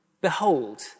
behold